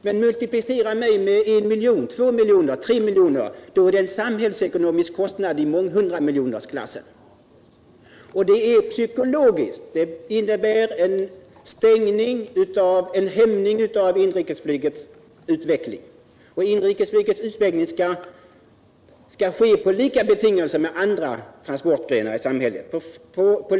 Men multiplicera med en miljon, två miljoner, tre miljoner — då är det en samhällsekonomisk kostnad i månghundramiljonersklassen. Psykologiskt innebär det en hämning av inrikesflygets utveckling, och inrikesflyget skall utvecklas på samma betingelser och lika konkurrensvillkor som andra transportgrenar i samhället.